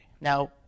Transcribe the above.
Now